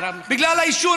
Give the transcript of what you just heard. בגלל העישון.